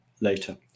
later